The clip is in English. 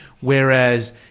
Whereas